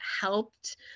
helped